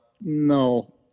no